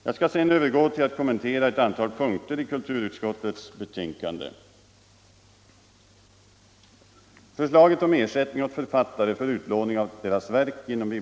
Jag skall sedan övergå till att kommentera ett antal punkter i kulturutskottets betänkande.